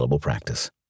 practice